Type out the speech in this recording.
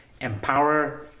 empower